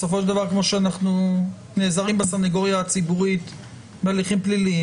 בסופו של דבר כמו שאנחנו נעזרים סנגוריה הציבורית בהליכים פליליים,